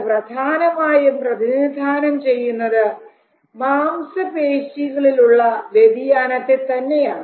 അത് പ്രധാനമായും പ്രതിനിധാനം ചെയ്യുന്നത് മാംസപേശികളിൽ ഉള്ള വ്യതിയാനത്തെ തന്നെയാണ്